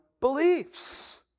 beliefs